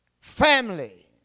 family